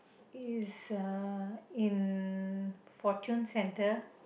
is uh in fortune centre